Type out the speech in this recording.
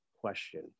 question